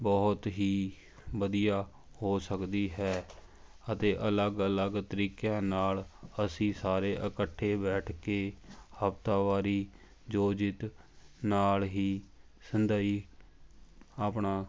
ਬਹੁਤ ਹੀ ਵਧੀਆ ਹੋ ਸਕਦੀ ਹੈ ਅਤੇ ਅਲੱਗ ਅਲੱਗ ਤਰੀਕਿਆਂ ਨਾਲ ਅਸੀਂ ਸਾਰੇ ਇਕੱਠੇ ਬੈਠ ਕੇ ਹਫ਼ਤਾਵਾਰੀ ਆਯੋਜਿਤ ਨਾਲ ਹੀ ਸੰਧਾਈ ਆਪਣਾ